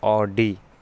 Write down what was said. Audi